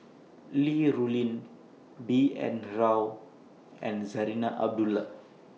Li Rulin B N Rao and Zarinah Abdullah